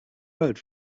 road